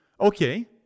okay